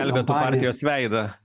gelbėtų partijos veidą